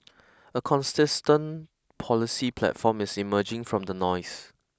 a consistent policy platform is emerging from the noise